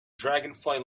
dragonfly